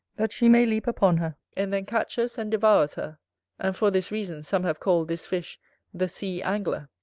that she may leap upon her, and then catches and devours her and for this reason some have called this fish the sea-angler.